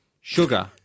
Sugar